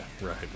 right